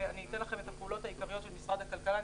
ואתן לכם את הפעולות העיקריות של משרד הכלכלה.